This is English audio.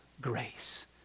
grace